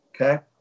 okay